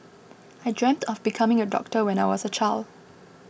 I dreamt of becoming a doctor when I was a child